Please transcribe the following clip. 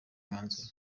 umwanzuro